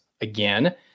again